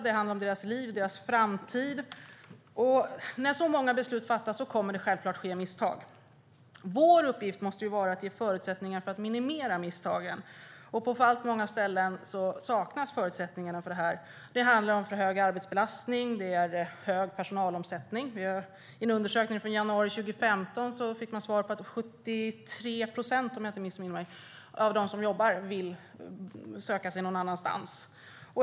Det handlar om deras liv och framtid. När så många beslut fattas kommer självklart misstag att ske. Vår uppgift måste vara att ge förutsättningar att minimera misstagen. På många ställen saknas förutsättningarna. Det handlar om för hög arbetsbelastning. Det är hög personalomsättning. I en undersökning från januari 2015 framkom att 73 procent, om jag inte missminner mig, av dem som jobbar vill söka sig någon annanstans.